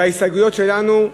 בהסתייגויות שלנו,